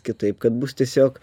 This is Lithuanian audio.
kitaip kad bus tiesiog